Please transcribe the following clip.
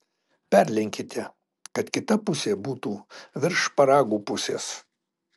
perlenkite kad kita pusė būtų virš šparagų pusės